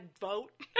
vote